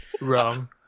wrong